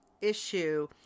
issue